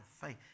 faith